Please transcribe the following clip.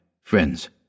friends